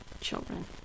children